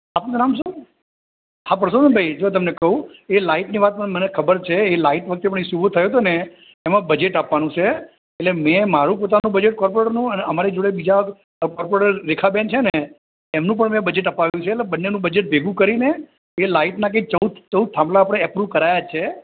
આપનું નામ શું હા પુરુષોત્તમભાઈ જો તમને કહું એ લાઈટની વાત પણ મને ખબર છે એ લાઈટ વખતે પણ ઇસ્યૂ ઊભો થયો તો ને એમાં બજેટ આપવાનું છે એટલે મેં મારું પોતાનું બજેટ કૉર્પોરેટરનું અને અમારી જોડે બીજા કૉર્પોરેટર રેખાબેન છે ને એમનું પણ મેં બજેટ અપાવ્યું છે એટલે બંનેનું બજેટ ભેગું કરીને એ લાઈટનાં કંઈક ચૌદ ચૌદ થાંભલા આપણે અપ્રૂવ કરાયા જ છે